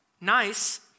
nice